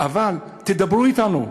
אבל תדברו אתנו,